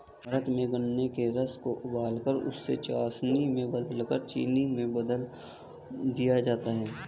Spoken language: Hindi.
भारत में गन्ने के रस को उबालकर उसे चासनी में बदलकर चीनी में बदल दिया जाता है